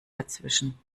dazwischen